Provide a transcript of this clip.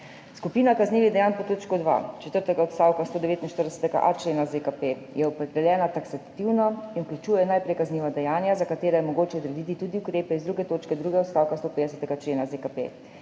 Skupina kaznivih dejanj pod točko 2 četrtega odstavka 149.a člena ZKP je opredeljena taksativno in vključuje najprej kazniva dejanja, za katera je mogoče odrediti tudi ukrepe iz 2. točke drugega odstavka 150. člena ZKP